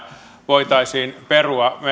voitaisiin perua